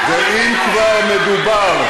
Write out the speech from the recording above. ואם כבר מדובר,